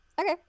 Okay